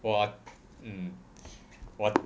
!wah! mm 我